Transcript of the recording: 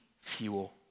fuel